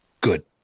good